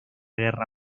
guerra